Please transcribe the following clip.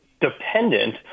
dependent